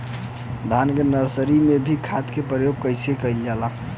धान के नर्सरी में भी खाद के प्रयोग कइल जाला?